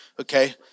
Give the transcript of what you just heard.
Okay